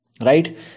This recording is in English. Right